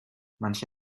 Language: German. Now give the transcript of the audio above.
manche